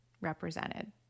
represented